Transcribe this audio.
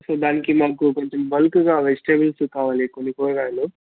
so దానికి మాకు కొంచెం బల్క్గా వెజిటబుల్స్ కావాలి కొన్ని కూరగాయలు